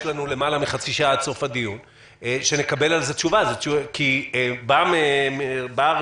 לנו למעלה מחצי שעה לסוף הדיון שנקבל על זה תשובה כי באה רשות